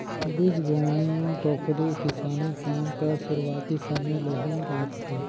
बीजगोनी टोपली किसानी काम कर सुरूवाती समे ले ही लागथे